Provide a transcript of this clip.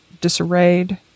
disarrayed